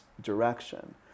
direction